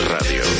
Radio